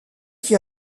qui